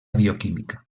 bioquímica